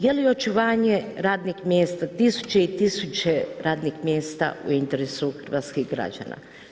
Je li očuvanje radnih mjesta tisuće i tisuće radnih mjesta u interesu hrvatskih građana.